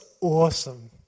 awesome